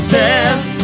death